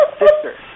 sister